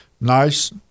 nice